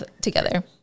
together